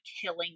killing